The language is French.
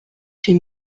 chez